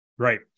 Right